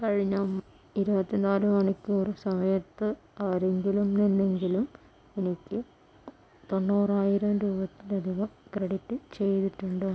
കഴിഞ്ഞ ഇരുവത്തിനാല് മണിക്കൂറ് സമയത്ത് ആരെങ്കിലും നിന്നെങ്കിലും എനിക്ക് തൊണ്ണൂറായിരം രൂപയിലധികം ക്രെഡിറ്റ് ചെയ്തിട്ടുണ്ടോ